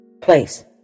place